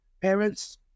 parents